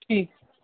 ਠੀਕ